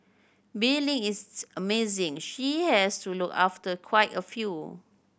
Bee Ling is amazing she has to look after quite a few